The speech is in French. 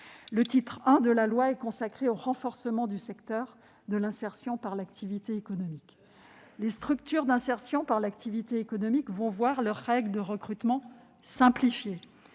Le titre I est consacré au renforcement du secteur de l'insertion par l'activité économique. Les structures d'insertion par l'activité économique vont ainsi voir leurs règles de recrutement simplifiées,